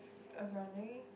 a